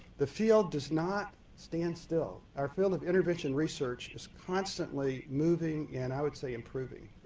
the field does not stand still. our field of intervention research is constantly moving and i would say improving.